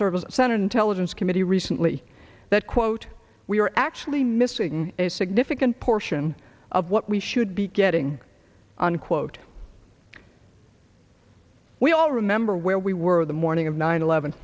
services center intelligence committee recently that quote we're actually missing a significant portion of what we should be getting on quote we all remember where we were the morning of nine eleven